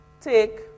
take